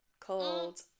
called